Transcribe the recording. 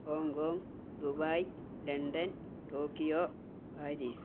Hong Kong Dubai London Tokyo Paris